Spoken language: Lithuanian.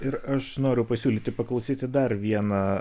ir aš noriu pasiūlyti paklausyti dar vieną